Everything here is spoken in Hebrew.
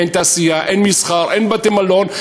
אין תעשייה, אין מסחר, אין בתי-מלון.